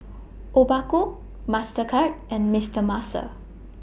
Obaku Mastercard and Mister Muscle